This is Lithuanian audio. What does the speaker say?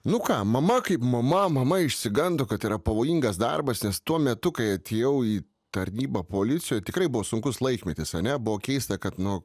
nu ką mama kaip mama mama išsigando kad yra pavojingas darbas nes tuo metu kai atėjau į tarnybą policijoj tikrai buvo sunkus laikmetis ane buvo keista kad nu